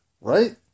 right